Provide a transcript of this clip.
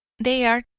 they are,